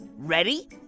Ready